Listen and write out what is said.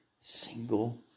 single